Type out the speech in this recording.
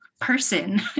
person